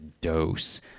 dose